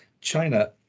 China